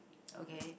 okay